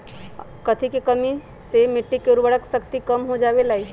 कथी के कमी से मिट्टी के उर्वरक शक्ति कम हो जावेलाई?